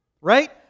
right